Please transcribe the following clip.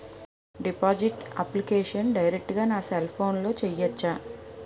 Deposit application direct గా నా cell ఫోన్లో చెయ్యచా?